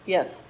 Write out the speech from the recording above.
Yes